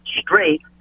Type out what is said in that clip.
straight